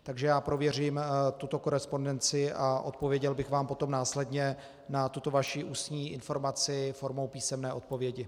Takže já prověřím tuto korespondenci a odpověděl bych vám potom následně na tuto vaši ústní informaci formou písemné odpovědi.